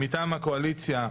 מטעם הקואליציה,